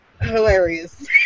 hilarious